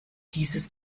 dieses